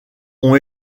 ont